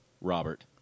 Robert